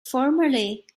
formerly